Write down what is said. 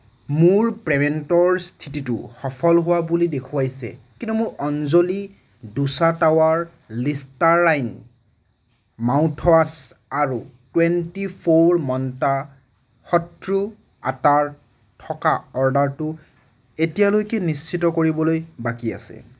মোৰ পে'মেণ্টৰ স্থিতিটো সফল হোৱা বুলি দেখুৱাইছে কিন্তু মোৰ Anjali dosa tawa Listerine mouthwash আৰু টুৱেণ্টি ফ'ৰ মান্ত্ৰা সত্ৰু আটাৰ থকা অৰ্ডাৰটো এতিয়ালৈকে নিশ্চিত কৰিবলৈ বাকী আছে